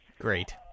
Great